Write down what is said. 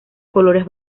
colores